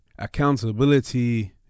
Accountability